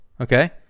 Okay